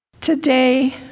Today